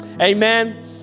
Amen